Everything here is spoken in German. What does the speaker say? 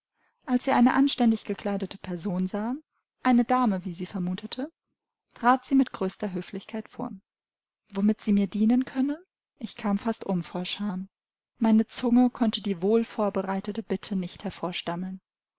als sie eine anständig gekleidete person sah eine dame wie sie vermutete trat sie mit größter höflichkeit vor womit sie mir dienen könne ich kam fast um vor scham meine zunge konnte die wohlvorbereitete bitte nicht